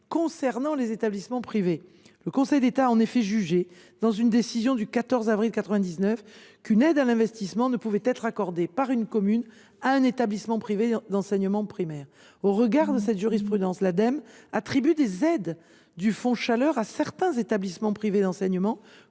Concernant les établissements privés, le Conseil d’État a en effet jugé, dans une décision du 14 avril 1999, qu’aucune aide à l’investissement ne pouvait être accordée par une commune à un établissement privé d’enseignement primaire. En application de cette jurisprudence, l’Ademe attribue des aides du fonds chaleur à certains établissements privés d’enseignement,